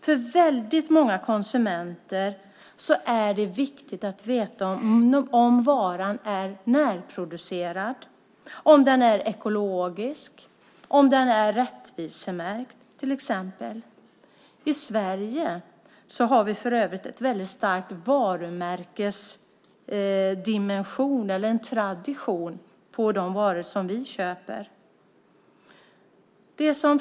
För väldigt många konsumenter är det viktigt att veta om varan är närproducerad, om den är ekologisk och om den till exempel är rättvisemärkt. I Sverige har vi för övrigt en väldigt stark varumärkestradition på de varor som vi köper. Fru talman!